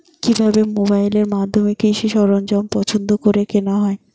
কিভাবে মোবাইলের মাধ্যমে কৃষি সরঞ্জাম পছন্দ করে কেনা হয়?